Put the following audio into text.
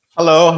Hello